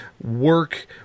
work